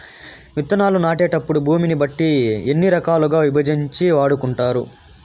విత్తనాలు నాటేటప్పుడు భూమిని బట్టి ఎన్ని రకాలుగా విభజించి వాడుకుంటారు?